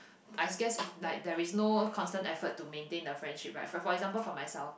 I guess it's like there's no constant effort to maintain the friendship right for for example for myself